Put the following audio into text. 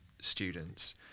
students